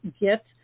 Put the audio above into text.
get